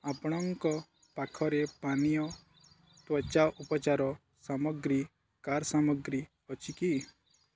ଆପଣଙ୍କ ପାଖରେ ପାନୀୟ ତ୍ଵଚା ଉପଚାର ସାମଗ୍ରୀ କାର୍ ସାମଗ୍ରୀ ଅଛି କି